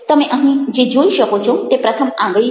તમે અહીં જે જોઈ શકો છો તે પ્રથમ આંગળી છે